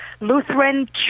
Lutheran